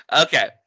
Okay